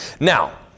Now